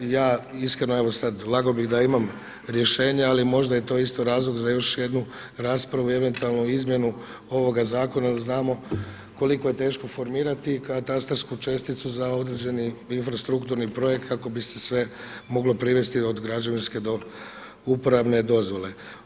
Ja iskreno evo sada lagao bih da imam rješenje, ali možda je isto razlog za još jednu raspravu i eventualnu izmjenu ovoga zakona jel znamo koliko je teško formirati katastarsku česticu za određeni infrastrukturni projekt kako bi se sve moglo privesti od građevinske do uporabne dozvole.